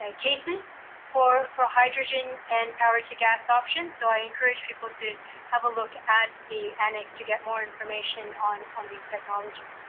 and cases for for hydrogen and power to gas option so i encourage people to have a look at the annex to get more information on um these technologies.